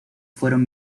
fueron